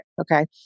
okay